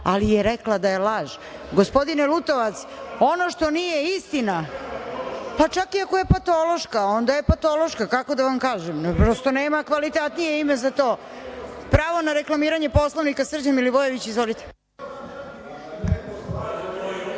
ali je rekla da je laž. Gospodine Lutovac, ono što nije istina, pa čak i ako je patološka, onda je patološka, kako da vam kažem, prosto, nema kvalitetnije ime za to. Pravo na reklamiranje Poslovnika, Srđan Milivojević. Izvolite.